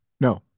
No